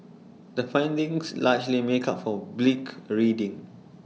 the findings largely make up for bleak reading